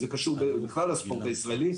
זה קשור בכלל לספורט הישראלי.